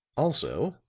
also,